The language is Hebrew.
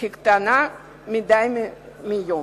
הולכת וקטנה מדי יום.